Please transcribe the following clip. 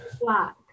black